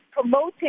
promoting